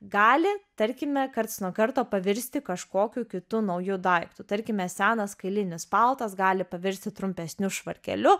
gali tarkime karts nuo karto pavirsti kažkokiu kitu nauju daiktu tarkime senas kailinis paltas gali pavirsti trumpesniu švarkeliu